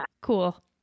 Cool